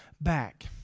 back